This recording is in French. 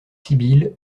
sibylle